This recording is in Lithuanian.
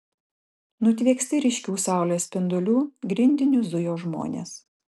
nutvieksti ryškių saulės spindulių grindiniu zujo žmonės